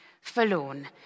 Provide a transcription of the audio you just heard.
Forlorn